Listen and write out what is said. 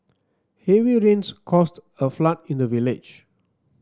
heavy rains caused a flood in the village